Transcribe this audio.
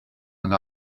and